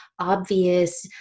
obvious